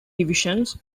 divisions